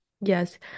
Yes